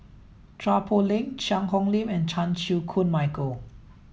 Chua Poh Leng Cheang Hong Lim and Chan Chew Koon Michael